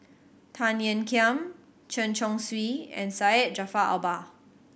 Tan Ean Kiam Chen Chong Swee and Syed Jaafar Albar